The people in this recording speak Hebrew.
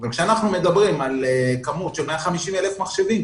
אבל כשאנחנו מדברים על כמות של 150,000 מחשבים,